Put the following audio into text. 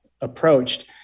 approached